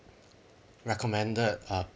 recommended uh